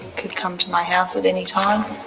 could come to my house at any time